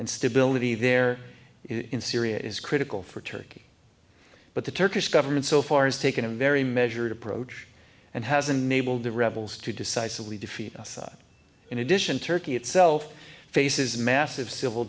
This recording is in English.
and stability there in syria is critical for turkey but the turkish government so far has taken a very measured approach and has enabled the rebels to decisively defeat us in addition turkey itself faces massive civil